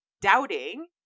doubting